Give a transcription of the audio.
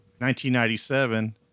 1997